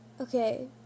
Okay